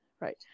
right